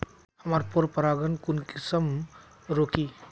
हमार पोरपरागण कुंसम रोकीई?